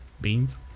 Beans